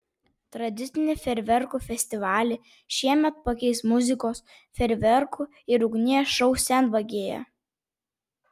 tradicinį fejerverkų festivalį šiemet pakeis muzikos fejerverkų ir ugnies šou senvagėje